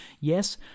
Yes